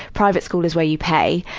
private school is where you pay,